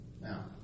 Now